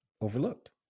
overlooked